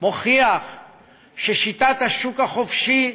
מוכיח ששיטת השוק החופשי,